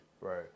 Right